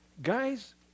Guys